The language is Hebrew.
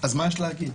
מה יש לומר?